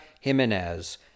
Jimenez